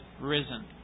risen